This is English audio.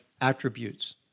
attributes